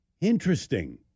Interesting